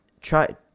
try